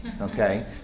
Okay